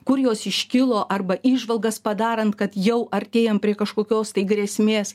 kur jos iškilo arba įžvalgas padarant kad jau artėjam prie kažkokios grėsmės